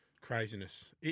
Craziness